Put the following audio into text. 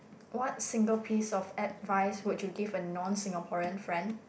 what single piece of advice would you give a non Singaporean friend